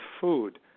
food